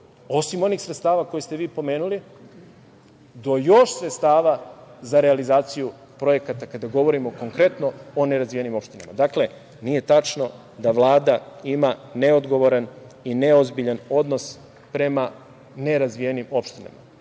osim onih sredstava koje ste vi pomenuli, do još sredstava za realizaciju projekata kada govorimo konkretno o nerazvijenim opštinama. Dakle, nije tačno da Vlada ima neodgovoran i neozbiljan odnos prema nerazvijenim opštinama.